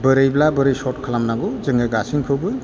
बोरैब्ला बोरै सर्त खालामनांगौ जोङो गासैखौबो